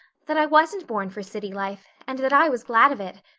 that i wasn't born for city life and that i was glad of it.